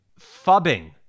fubbing